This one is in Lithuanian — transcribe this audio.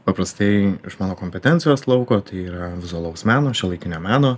paprastai iš mano kompetencijos lauko tai yra vizualaus meno šiuolaikinio meno